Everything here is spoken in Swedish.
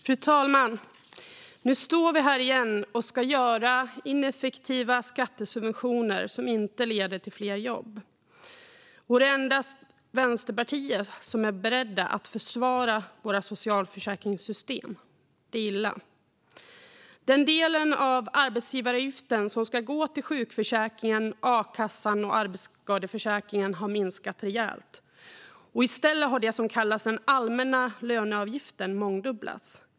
Fru talman! Nu står vi här igen och ska göra ineffektiva skattesubventioner som inte leder till fler jobb. Och det är endast Vänsterpartiet som är berett att försvara våra socialförsäkringssystem. Det är illa. Den del av arbetsgivaravgiften som ska gå till sjukförsäkringen, akassan och arbetsskadeförsäkringen har minskat rejält. I stället har det som kallas den allmänna löneavgiften mångdubblats.